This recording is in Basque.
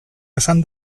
esan